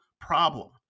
problem